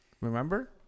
Remember